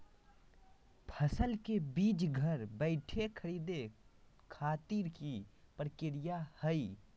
फसल के बीज घर बैठे खरीदे खातिर की प्रक्रिया हय?